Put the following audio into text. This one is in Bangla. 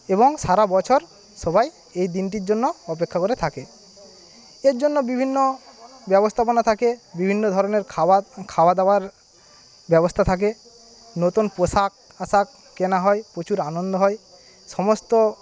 এবং সারা বছর সবাই এই দিনটির জন্য অপেক্ষা করে থাকে এর জন্য বিভিন্ন ব্যবস্থাপনা থাকে বিভিন্ন ধরনের খাওয়া খাওয়াদাওয়ার ব্যবস্থা থাকে নতুন পোশাক আশাক কেনা হয় প্রচুর আনন্দ হয় সমস্ত